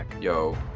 Yo